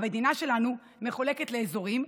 המדינה שלנו מחולקת לאזורים,